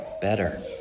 better